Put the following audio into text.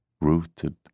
rooted